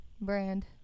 Brand